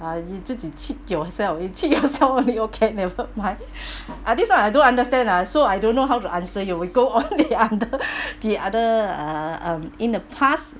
ah you just a cheat yourself you cheat yourself one you okay never mind ah this one I don't understand ah so I don't know how to answer you we go on the the other uh um in the past